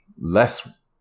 less